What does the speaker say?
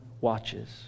watches